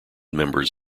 members